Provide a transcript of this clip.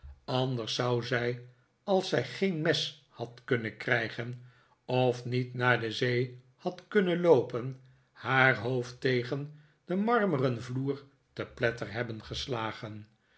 anders zou zij als zij geen mes had kunnen krijgen of niet naar de zee had kunnen loopen haar hoofd tegen den marmeren vloer te pletter hebben geslagen